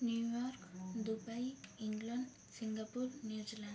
New York Dubai England Singapore New Zealand